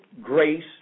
grace